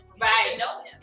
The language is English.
right